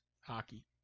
hockey